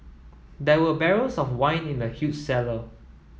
there were barrels of wine in the huge cellar